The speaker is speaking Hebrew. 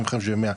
75 ו-100,